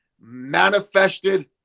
manifested